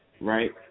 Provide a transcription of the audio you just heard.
right